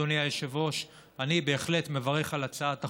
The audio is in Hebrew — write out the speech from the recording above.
אדוני היושב-ראש, אני בהחלט מברך על הצעת החוק,